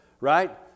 Right